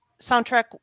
soundtrack